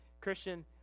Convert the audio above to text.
Christian